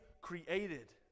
created